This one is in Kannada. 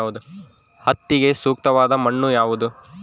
ಹತ್ತಿಗೆ ಸೂಕ್ತವಾದ ಮಣ್ಣು ಯಾವುದು?